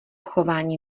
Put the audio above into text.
chování